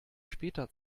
später